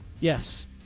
Yes